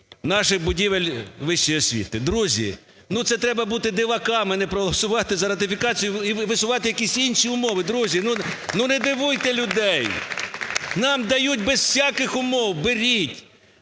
наших будівель вищої освіти. Друзі, ну це треба бути диваками і не проголосувати за ратифікацію, і висувати якісь інші умови. Друзі, не дивуйте людей! Нам дають без всяких умов – беріть.